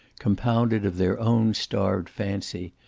compounded of their own starved fancy,